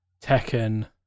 Tekken